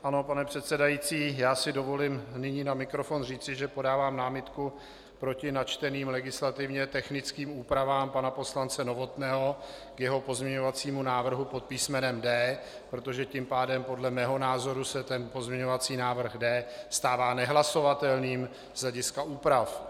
Ano, pane předsedající, já si dovolím nyní na mikrofon říci, že podávám námitku proti načteným legislativně technickým úpravám pana poslance Novotného k jeho pozměňovacímu návrhu pod písmenem D, protože tím pádem podle mého názoru se ten pozměňovací návrh D stává nehlasovatelným z hlediska úprav.